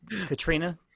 Katrina